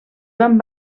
van